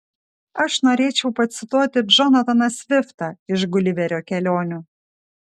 aš norėčiau pacituoti džonataną sviftą iš guliverio kelionių